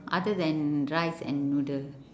other than rice and noodle